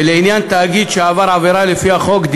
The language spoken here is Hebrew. שלעניין תאגיד שעבר עבירה לפי החוק,